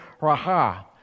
raha